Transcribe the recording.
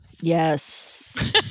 Yes